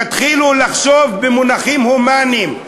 תתחילו לחשוב במונחים הומניים,